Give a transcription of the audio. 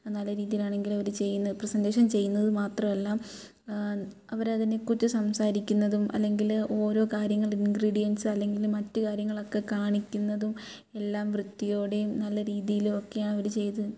നല്ല രീതിയിൽ ആണെങ്കിലും അവർ ചെയ്യുന്ന പ്രസേൻറ്റേഷൻ ചെയ്യുന്നത് മാത്രമല്ല അവർ അതിനെ കുറിച്ച് സംസാരികുന്നതും അല്ലെങ്കിൽ ഓരോ കാര്യങ്ങൾ ഇൻഗ്രീഡിയൻസ് അല്ലെങ്കിൽ മറ്റ് കാര്യങ്ങളൊക്കെ കാണിക്കുന്നതും എല്ലാം വൃത്തിയോടെയും നല്ല രീതിയിലും ഒക്കെയാണ് അവർ ചെയ്യുന്നത്